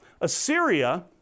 Assyria